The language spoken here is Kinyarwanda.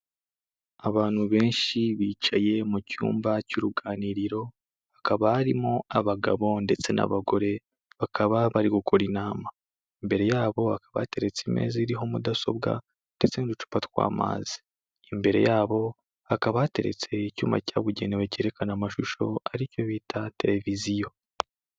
Abantu benshi bicaye mu cyumba cy'uruganiriro, hakaba harimo abagabo ndetse n'abagore bakaba bari gukora inama. Imbere yabo hakaba hateretse imeza iriho mudasobwa ndetse n'uducupa tw'amazi. Imbere yabo hakaba hateretse icyuma cyabugenewe cyerekana amashusho aricyo bita televiziyo.